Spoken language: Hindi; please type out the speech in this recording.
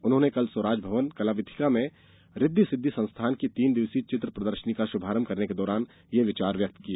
उन्होंने कल स्वराज भवन कला विथिका में रिद्वी सिद्वी संस्था की तीन दिवसीय चित्र प्रदर्शनी का शुभारंभ करने के दौरान यह विचार व्यक्त किए